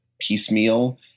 piecemeal